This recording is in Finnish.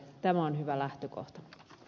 tämä on hyvä lähtökohta